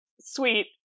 sweet